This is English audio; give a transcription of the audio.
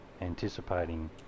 anticipating